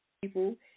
people